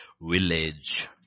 village